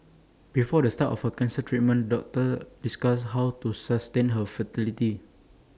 before the start of her cancer treatment doctors discussed how to sustain her fertility